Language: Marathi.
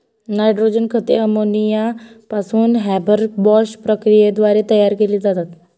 नायट्रोजन खते अमोनिया पासून हॅबरबॉश प्रक्रियेद्वारे तयार केली जातात